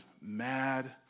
mad